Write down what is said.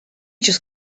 just